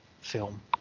film